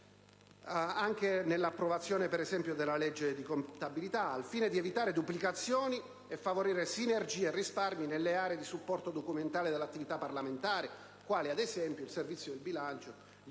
corso dell'approvazione della legge di contabilità), al fine di evitare duplicazioni e favorire sinergie e risparmi nelle aree di supporto documentale all'attività parlamentare, quali ad esempio i Servizi del bilancio,